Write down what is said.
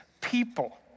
people